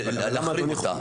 להחריג אותה.